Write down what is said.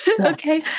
okay